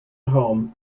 home